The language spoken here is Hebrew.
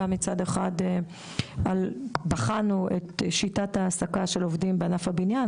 גם מצד אחד בחנו את שיטת ההעסקה של עובדים בענף הבניין,